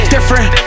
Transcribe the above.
Different